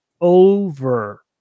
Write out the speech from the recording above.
over